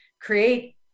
create